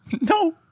No